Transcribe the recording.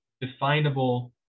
definable